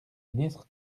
ministre